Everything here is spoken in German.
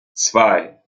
zwei